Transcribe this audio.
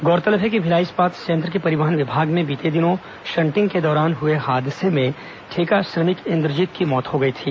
गौरतलब है कि भिलाई इस्पात संयंत्र के परिवहन विभाग में बीते दिनों शंटिंग के दौरान हए हादसे में ठेका श्रमिक इंद्रजीत की मौत हो गई थी